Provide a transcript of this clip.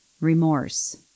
remorse